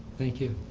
thank you.